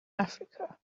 africa